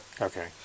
Okay